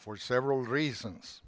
for several reasons